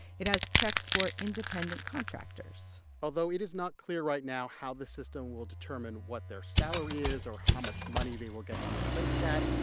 it has checks for independent contractors although it is not clear right now how the system will determine what their salary is or how much money they will get to replace that.